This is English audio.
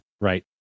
Right